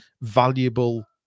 valuable